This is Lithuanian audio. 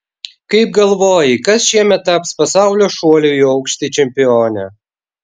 kaip galvoji kas šiemet taps pasaulio šuolių į aukštį čempione